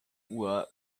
uhr